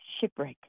shipwreck